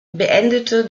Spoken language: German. beendete